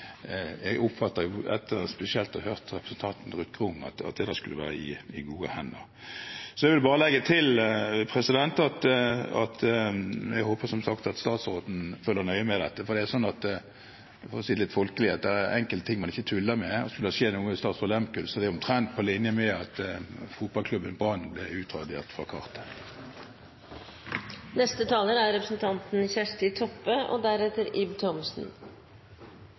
Jeg oppfattet, spesielt etter å ha hørt representanten Ruth Grung, at det skulle være i gode hender. Jeg vil bare legge til at jeg som sagt håper at statsråden følger nøye med på dette, for det er sånn – for å si det litt folkelig – at det er enkelte ting man ikke tuller med. Skulle det skje noe med «Statsraad Lehmkuhl», er det omtrent på linje med at Sportsklubben Brann skulle bli utradert av kartet.